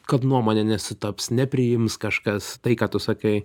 kad nuomonė nesutaps nepriims kažkas tai ką tu sakai